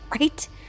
right